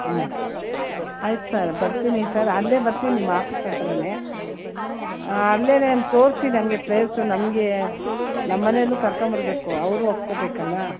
ಹ್ಞೂ ಆಯ್ತು ಸರ್ ಬರ್ತೀನಿ ಸಾರ್ ಅಲ್ಲೇ ಬರ್ತೀನಿ ನಿಮ್ಮ ಆಫೀಸ್ ಹತ್ರನೇ ಅಲ್ಲೇ ತೋರಿಸಿ ನನಗೆ ಪ್ಲೇಸು ನಮಗೆ ನಮ್ಮನೇಲೂ ಕರ್ಕೊಂಬರ್ಬೇಕು ಅವರೂ ಒಪ್ಕೋಬೇಕಲ್ಲ